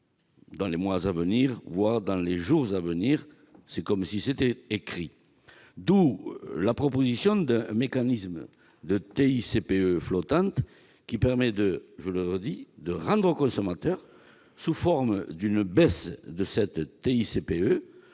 dans les mois, voire dans les jours, à venir ; c'est comme si c'était écrit. D'où la proposition d'un mécanisme de TICPE flottante, qui permettrait, je le répète, de rendre aux consommateurs, sous forme d'une baisse de cette taxe,